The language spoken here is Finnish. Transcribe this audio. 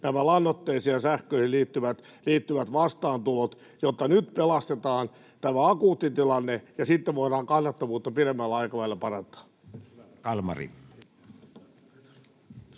nämä lannoitteisiin ja sähköön liittyvät vastaantulot, jotta nyt pelastetaan tämä akuutti tilanne ja sitten voidaan kannattavuutta pidemmällä aikavälillä parantaa. [Speech